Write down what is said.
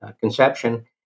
conception